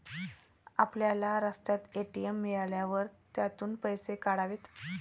आपल्याला रस्त्यात ए.टी.एम मिळाल्यावर त्यातून पैसे काढावेत